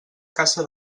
caça